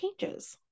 changes